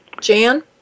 Jan